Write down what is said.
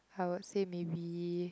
I would say maybe